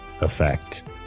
effect